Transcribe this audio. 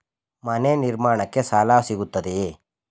ಮನೆ ನಿರ್ಮಾಣಕ್ಕೆ ಸಾಲ ಸಿಗುತ್ತದೆಯೇ?